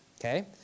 Okay